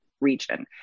region